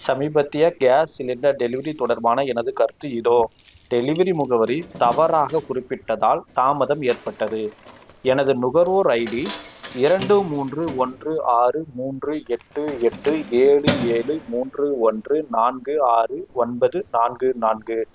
சமீபத்திய gas cylinder delivery தொடர்பான எனது கருத்து இதோ டெலிவரி முகவரி தவறாகக் குறிப்பிட்டதால் தாமதம் ஏற்பட்டது எனது நுகர்வோர் ஐடி இரண்டு மூன்று ஒன்று ஆறு மூன்று எட்டு எட்டு ஏழு ஏழு மூன்று ஒன்று நான்கு ஆறு ஒன்பது நான்கு நான்கு